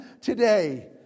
today